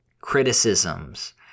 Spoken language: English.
criticisms